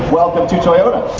welcome to toyota.